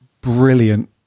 brilliant